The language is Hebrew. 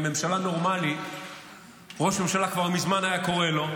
בממשלה נורמלית ראש ממשלה כבר מזמן היה קורא לו,